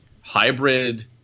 hybrid